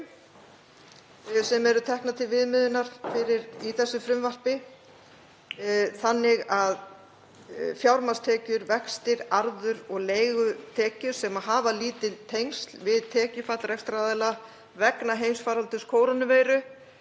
sem eru teknar til viðmiðunar í þessu frumvarpi þannig að fjármagnstekjur, vextir, arður og leigutekjur, sem hafa lítil tengsl við tekjufall rekstraraðila vegna heimsfaraldurs kórónuveiru,